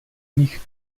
nich